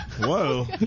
Whoa